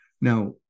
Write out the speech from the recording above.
Now